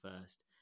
first